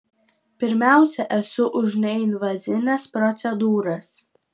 pirmiausia esu už neinvazines procedūras